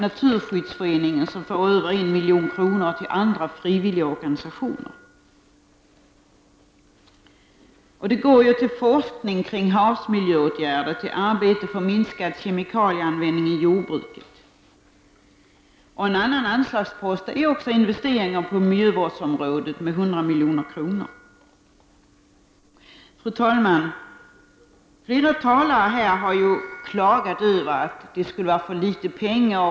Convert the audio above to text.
1989/90:104 milj.kr. och till andra frivilligorganisationer. Det går också till forskning 18 april 1990 kring havsmiljöåtgärder och till arbete för minskad kemikalieanvändning i jordbruket. En annan anslagspost är investeringar på miljövårdsområdet med 100 milj.kr. Fru talman! Flera talare här har klagat över att det har anslagits för litet pengar.